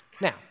Now